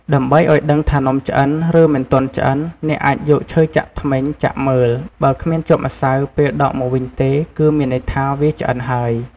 ដើម្បីឱ្យដឹងថានំឆ្អិន ឬ មិនទាន់ឆ្អិន អ្នកអាចយកឈើចាក់ធ្មេញចាក់មើល បើគ្មានជាប់ម្សៅ ពេលដកមកវិញទេ គឺមានន័យថា វាឆ្អិនហើយ។